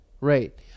right